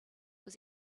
was